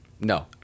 No